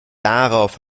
darauf